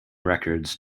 records